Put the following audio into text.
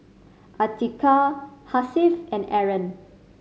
Atiqah Hasif and Aaron